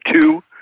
two